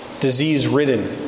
disease-ridden